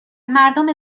مردم